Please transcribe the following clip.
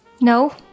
No